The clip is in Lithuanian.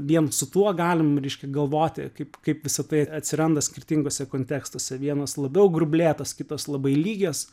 vien su tuo galim reiškia galvoti kaip kaip visa tai atsiranda skirtinguose kontekstuose vienas labiau grublėtas kitas labai lygias